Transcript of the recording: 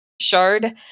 shard